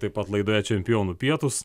taip pat laidoje čempionų pietūs